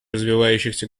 развивающихся